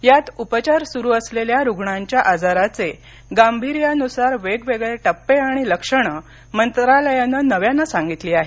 यात उपचार सुरू असलेल्या रुग्णांच्या आजाराचे गाभीर्यानुसार वेगवेगळे टप्पे आणि लक्षणं मंत्रालयानं नव्यानं सांगितली आहेत